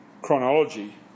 chronology